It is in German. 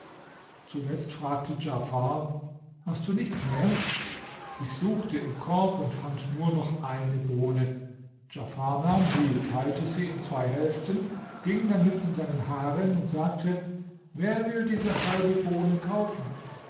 zuletzt fragte djafar hast du nichts mehr ich suchte im korb und fand nur noch eine bohne djafar nahm sie teilte sie in zwei hälften ging damit in seinen harem und sagte wer will diese halbe bohne kaufen